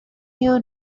you